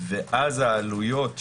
ואז העלויות,